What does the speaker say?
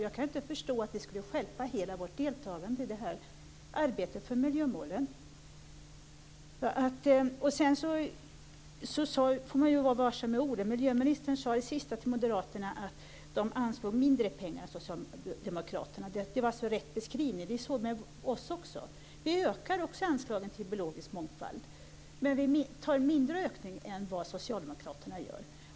Jag kan inte förstå att det skulle stjälpa hela vårt deltagande i arbetet för miljömålen. Sedan får man vara varsam med orden. Miljöministern sade till moderaterna att de anslår mindre pengar än socialdemokraterna. Det var rätt beskrivning. Det är så med oss också. Vi ökar anslagen till biologisk mångfald, men vi föreslår en mindre ökning än vad socialdemokraterna gör.